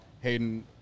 Hayden